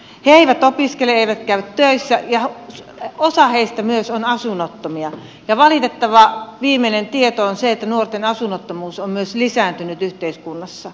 he eivät opiskele eivät käy töissä ja osa heistä on myös asunnottomia ja valitettava viimeinen tieto on se että nuorten asunnottomuus on myös lisääntynyt yhteiskunnassa